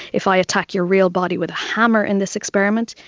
if i attack your real body with a hammer in this experiment,